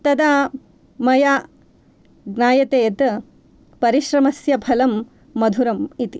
तदा मया ज्ञायते यत् परिश्रमस्य फलं मधुम् इति